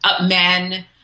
men